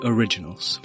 Originals